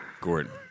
Gordon